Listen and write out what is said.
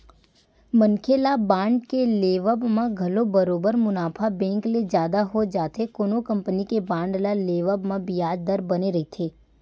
मनखे ल बांड के लेवब म घलो बरोबर मुनाफा बेंक ले जादा हो जाथे कोनो कंपनी के बांड ल लेवब म बियाज दर बने रहिथे